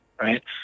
right